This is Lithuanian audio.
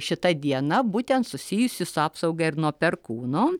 šita diena būtent susijusi su apsauga ir nuo perkūno